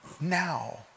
Now